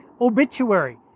obituary